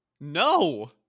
No